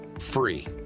free